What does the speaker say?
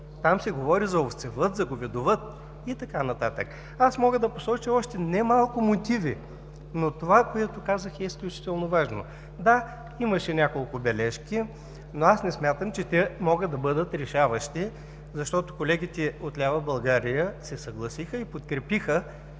се говори за овцевъд, за говедовъд и така нататък. Мога да посоча още немалко мотиви, но това, което казах, е изключително важно. Да, имаше няколко бележки, но не смятам, че те могат да бъдат решаващи, защото колегите от „БСП лява България” се съгласиха и подкрепиха